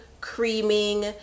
creaming